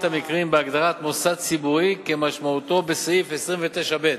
המקרים בהגדרת "מוסד ציבורי" כמשמעותו בסעיף 29(ב)